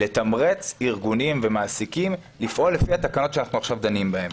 לתמרץ ארגונים ומעסיקים לפעול לפי התקנות שאנחנו עכשיו דנים בהן.